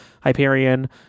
Hyperion